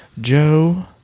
Joe